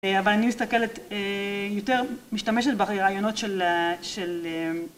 אבל אני מסתכלת... יותר משתמשת ברעיונות של...